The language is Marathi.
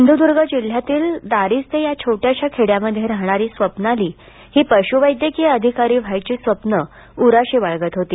सिंधूदर्ग जिल्ह्यातील दारिस्ते या छोट्याश्या खेड्यामध्ये राहणारी स्वप्नाली ही पशु वैद्यकीय अधिकारी व्हायची स्वप्नं उराशी बाळगत होती